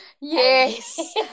yes